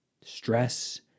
stress